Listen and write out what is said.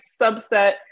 subset